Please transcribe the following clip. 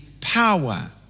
power